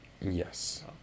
Yes